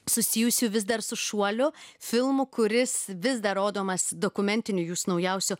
susijusių vis dar su šuoliu filmu kuris vis dar rodomas dokumentiniu jūsų naujausiu